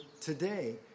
today